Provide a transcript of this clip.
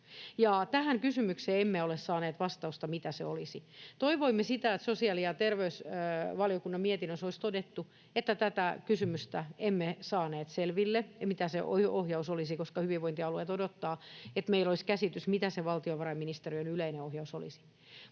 Tähän kysymykseen emme ole saaneet vastausta, mitä se olisi. Toivoimme, että sosiaali- ja terveysvaliokunnan lausunnossa olisi todettu, että tätä kysymystä emme saaneet selville, mitä se ohjaus olisi, koska hyvinvointialueet odottavat, että meillä olisi käsitys, mitä se valtiovarainministeriön yleinen ohjaus olisi.